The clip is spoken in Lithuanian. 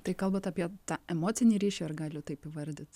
tai kalbat apie tą emocinį ryšį ar galiu taip įvardyt